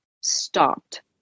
stopped